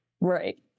right